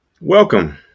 Welcome